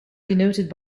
denoted